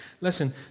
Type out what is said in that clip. Listen